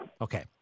Okay